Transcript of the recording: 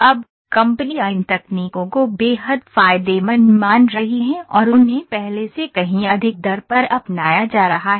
अब कंपनियां इन तकनीकों को बेहद फायदेमंद मान रही हैं और उन्हें पहले से कहीं अधिक दर पर अपनाया जा रहा है